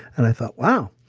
and i thought, wow.